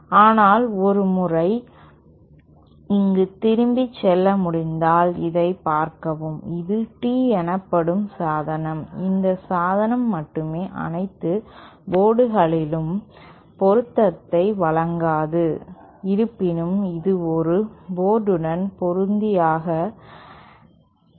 ஆனால் ஒரு முறை இங்கு திரும்பிச் செல்ல முடிந்தால் இதைப் பார்க்கவும் இது T எனப்படும் சாதனம் இந்த சாதனம் மட்டுமே அனைத்து போர்டுகளிலும் பொருத்தத்தை வழங்காது இருப்பினும் அது ஒரு போர்டுடன் பொருந்தியதாக இருக்கலாம்